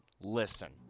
listen